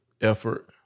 effort